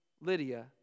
Lydia